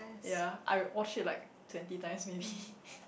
yea I watch it like twenty times maybe